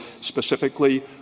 specifically